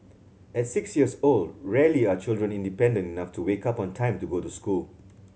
at six years old rarely are children independent enough to wake up on time to go to school